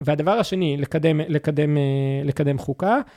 והדבר השני, לקדם חוקה.